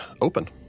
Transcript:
open